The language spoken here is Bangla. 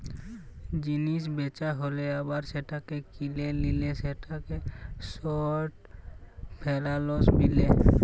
জিলিস বেচা হ্যালে আবার সেটাকে কিলে লিলে সেটাকে শর্ট ফেলালস বিলে